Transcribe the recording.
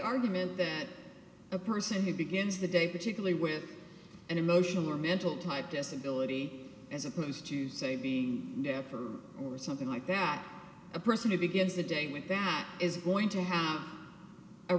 argument that a person who begins the day particularly with an emotional or mental type disability as opposed to say be deaf or or something like that a person who begins the day with that is going to have a